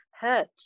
hurt